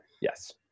yes